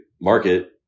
market